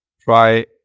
try